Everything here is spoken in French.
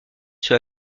sur